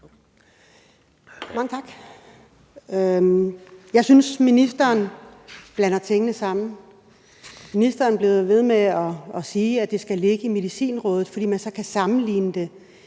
Mange tak. Jeg synes, ministeren blander tingene sammen. Ministeren bliver ved med at sige, at det skal ligge i Medicinrådet, fordi man så kan sammenligne det